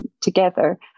together